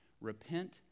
Repent